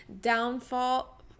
downfall